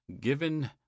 given